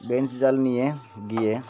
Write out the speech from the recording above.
bench জাল নিয়ে গিয়ে